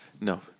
No